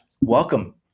Welcome